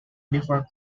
before